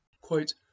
Quote